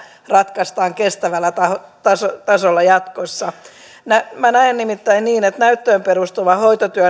ratkaistaan kestävällä tasolla tasolla jatkossa minä minä näen nimittäin niin että näyttöön perustuvan hoitotyön